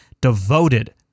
devoted